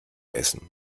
essen